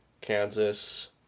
Kansas